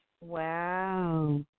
Wow